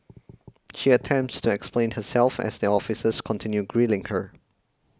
she attempts to explain herself as the officers continue grilling her